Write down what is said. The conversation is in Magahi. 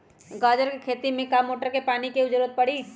गाजर के खेती में का मोटर के पानी के ज़रूरत परी?